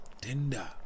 tender